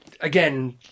Again